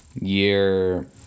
year